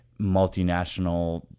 multinational